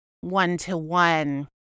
one-to-one